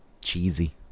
Cheesy